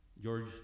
George